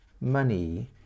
money